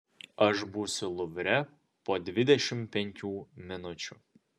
aš būsiu luvre po dvidešimt penkių minučių